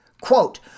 Quote